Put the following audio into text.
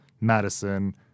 Madison